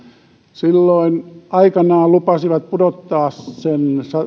silloin aikanaan lupasivat pudottaa sen